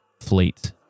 fleet